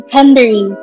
Henry